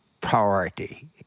priority